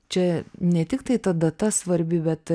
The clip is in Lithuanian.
čia ne tik tai ta data svarbi bet